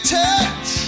touch